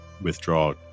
withdraw